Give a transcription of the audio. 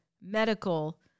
medical